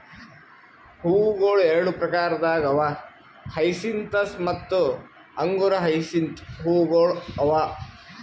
ಹೂವುಗೊಳ್ ಎರಡು ಪ್ರಕಾರದಾಗ್ ಅವಾ ಹಯಸಿಂತಸ್ ಮತ್ತ ಅಂಗುರ ಹಯಸಿಂತ್ ಹೂವುಗೊಳ್ ಅವಾ